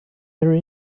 her